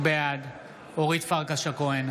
בעד אורית פרקש הכהן,